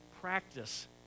practice